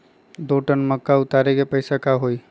दो टन मक्का उतारे के पैसा का होई?